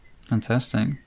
Fantastic